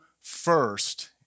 first